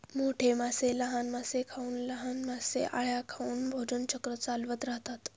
मोठे मासे लहान मासे खाऊन, लहान मासे अळ्या खाऊन भोजन चक्र चालवत राहतात